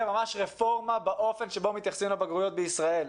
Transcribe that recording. רפורמה באופן שבו מתייחסים לבגרויות בישראל.